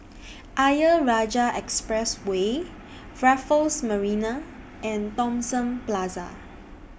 Ayer Rajah Expressway Raffles Marina and Thomson Plaza